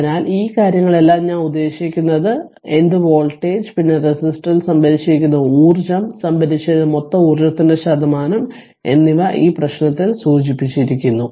അതിനാൽ ഈ കാര്യങ്ങളെല്ലാം ഞാൻ ഉദ്ദേശിക്കുന്നത് ഞാൻ എന്ത് വോൾട്ടേജ് പിന്നെ റെസിസ്റ്റർ 1 ൽ സംഭരിച്ചിരിക്കുന്ന ഊർജ്ജം സംഭരിച്ച മൊത്തം ഊർജ്ജത്തിന്റെ ശതമാനം എന്നിവ ഈ പ്രശ്നത്തിൽ സൂചിപ്പിച്ചിരിക്കുന്നു